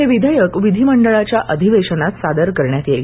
हे विधेयक विधिमंडळाच्या अधिवेशनात सादर करण्यात येईल